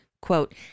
quote